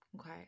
okay